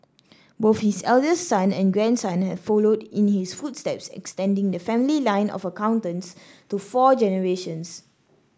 both his eldest son and grandson have followed in his footsteps extending the family line of accountants to four generations